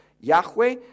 Yahweh